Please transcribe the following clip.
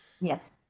Yes